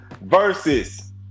Versus